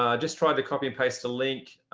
ah just tried to copy and paste a link.